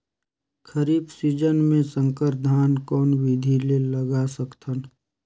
खरीफ season मे संकर धान कोन विधि ले लगा सकथन?